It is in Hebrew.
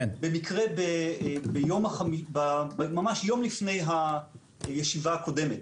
במקרה ממש יום לפני הישיבה הקודמת,